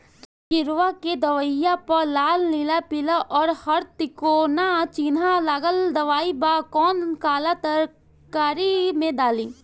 किड़वा के दवाईया प लाल नीला पीला और हर तिकोना चिनहा लगल दवाई बा कौन काला तरकारी मैं डाली?